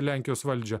lenkijos valdžią